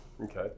Okay